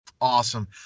Awesome